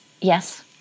Yes